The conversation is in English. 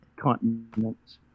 continents